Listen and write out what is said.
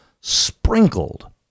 sprinkled